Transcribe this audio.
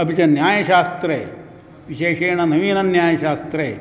अपि च न्यायशास्त्रे विशेषेण नवीनन्यायशास्त्रे